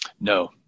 No